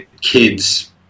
kids